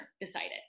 decided